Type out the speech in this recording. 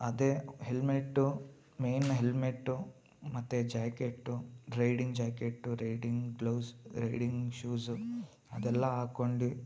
ಅದೇ helmet main helmet ಮತ್ತೆ jacket riding jacket riding gloves riding shoes ಅದೆಲ್ಲ ಆಕೊಂಡಿ